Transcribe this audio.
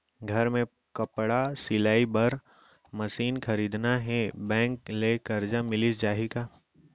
घर मे कपड़ा सिलाई बार मशीन खरीदना हे बैंक ले करजा मिलिस जाही का?